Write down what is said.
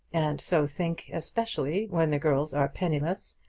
and so think especially when the girls are penniless,